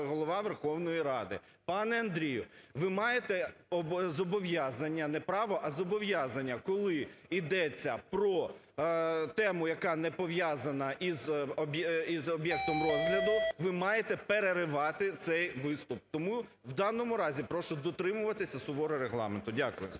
Голова Верховної Ради, пане Андрію, ви маєте зобов'язання, не право, а зобов'язання, коли йдеться про тему, яка не пов'язана із об'єктом розгляду, ви маєте переривати цей виступ. Тому в даному разі прошу дотримуватися суворо Регламенту. Дякую.